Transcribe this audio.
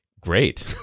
great